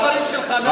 כל הדברים שלך זה,